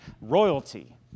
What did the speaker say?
Royalty